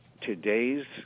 today's